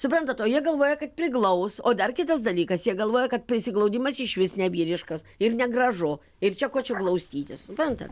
suprantat o jie galvoja kad priglaus o dar kitas dalykas jie galvoja kad prisiglaudimas išvis nevyriškas ir negražu ir čia ko čia glaustytis suprantat